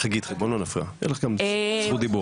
חגית, בואי לא נפריע, יהיה לך גם את זכות הדיבור.